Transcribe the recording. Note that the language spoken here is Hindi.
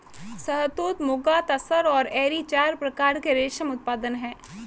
शहतूत, मुगा, तसर और एरी चार प्रकार के रेशम उत्पादन हैं